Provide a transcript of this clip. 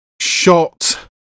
shot